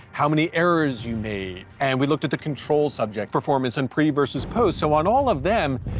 how many errors you made and we looked at the control subject performance, and pre versus post. so on all of them,